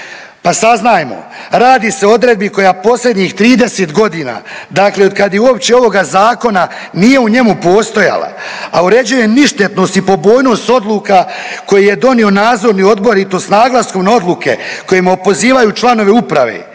Pa saznajmo radi se o odredbi koja posljednjih 30 godina, dakle od kad je uopće ovoga zakona nije u njemu postojala, a uređuje ništetnost i pobojnost odluka koje je donio nadzorni odbor i to s naglaskom na odluke kojima opozivaju članove uprave.